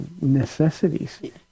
necessities